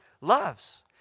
Loves